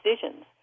decisions